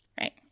Right